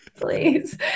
please